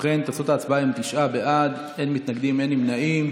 להעביר את הצעת החוק למתן שירותים חיוניים מרחוק (נגיף הקורונה החדש,